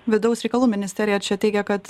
vidaus reikalų ministerija teigia kad